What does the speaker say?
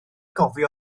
gofio